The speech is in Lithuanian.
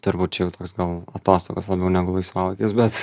turbūt čia jau toks gal atostogos labiau negu laisvalaikis bet